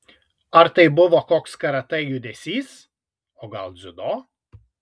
ar tai buvo koks karatė judesys o gal dziudo